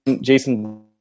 Jason